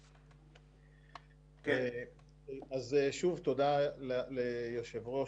שוב תודה ליושב ראש.